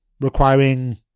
requiring